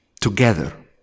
Together